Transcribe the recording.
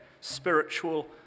spiritual